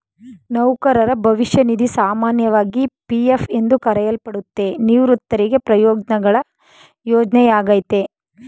ನೌಕರರ ಭವಿಷ್ಯ ನಿಧಿ ಸಾಮಾನ್ಯವಾಗಿ ಪಿ.ಎಫ್ ಎಂದು ಕರೆಯಲ್ಪಡುತ್ತೆ, ನಿವೃತ್ತರಿಗೆ ಪ್ರಯೋಜ್ನಗಳ ಯೋಜ್ನೆಯಾಗೈತೆ